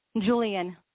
Julian